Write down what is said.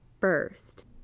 first